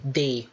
day